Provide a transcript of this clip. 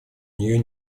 нее